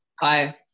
Hi